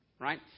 right